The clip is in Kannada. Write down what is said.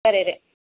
ಸರಿ ರೀ